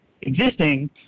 existing